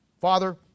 Father